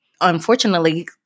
unfortunately